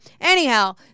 anyhow